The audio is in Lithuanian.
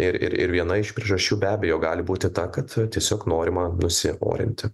ir ir viena iš priežasčių be abejo gali būti ta kad tiesiog norima nusiorinti